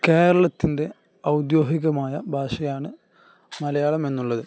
കേരളത്തിൻ്റെ ഔദ്യോഗികമായ ഭാഷയാണ് മലയാളം എന്നുള്ളത്